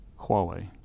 Huawei